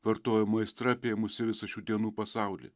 vartojimo aistra apėmusi visą šių dienų pasaulį